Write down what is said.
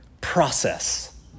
process